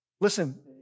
Listen